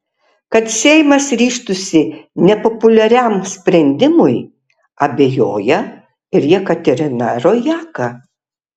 kad seimas ryžtųsi nepopuliariam sprendimui abejoja ir jekaterina rojaka